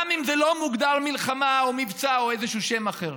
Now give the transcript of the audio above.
גם אם זה לא מוגדר מלחמה או מבצע או איזשהו שם אחר.